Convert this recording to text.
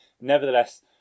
Nevertheless